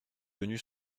venues